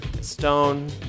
stone